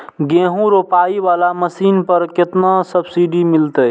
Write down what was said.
गेहूं रोपाई वाला मशीन पर केतना सब्सिडी मिलते?